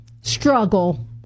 struggle